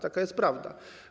Taka jest prawda.